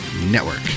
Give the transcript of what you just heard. Network